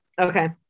Okay